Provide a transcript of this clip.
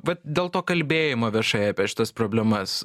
vat dėl to kalbėjimo viešai apie šitas problemas